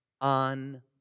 on